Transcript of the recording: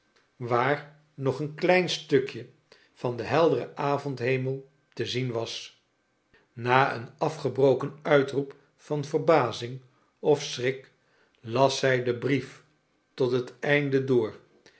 waar nog een klein stukje van den helderen avondhemel te zien was na een afgebroken uitroep van verbazing of schrik las zij den brief tot het einde door